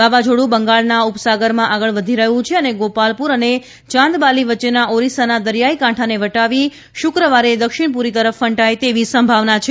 વાવાઝોડું બંગાળના ઉપસાગરમાં આગળ વધી રહ્યું છે અને ગોપાલપુર અને ચાંદબાલી વચ્ચેના ઓરિસ્સાના દરિયાઇ કાંઠાને વટાવી શુક્રવારે દક્ષિણપુરી તરફ ફંટાય તેવી સંભાવના છે